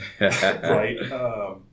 right